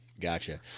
Gotcha